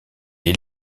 est